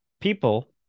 people